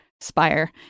spire